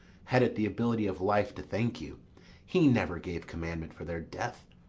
had it the ability of life to thank you he never gave commandment for their death.